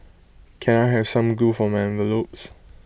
can I have some glue for my envelopes